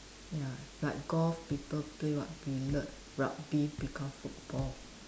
ya like golf people play what billiard rugby become football